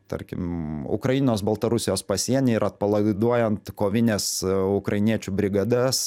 tarkim ukrainos baltarusijos pasieny ir atpalaiduojant kovines ukrainiečių brigadas